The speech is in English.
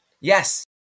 yes